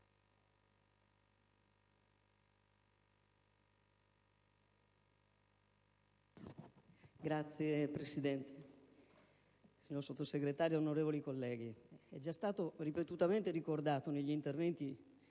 Signora Presidente, signor Sottosegretario, onorevoli colleghi, è già stato ripetutamente ricordato negli interventi